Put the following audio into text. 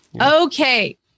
Okay